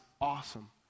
awesome